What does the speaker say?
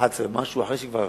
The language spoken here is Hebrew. בשעה 11 ומשהו, אחרי שכבר